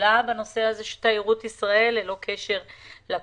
שדולה לתיירות ישראל ללא קשר לקורונה,